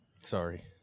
Sorry